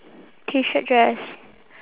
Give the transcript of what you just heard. T shirt dress